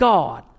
God